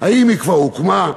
האם היא כבר הוקמה?